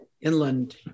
inland